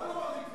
זה רוב דחוק.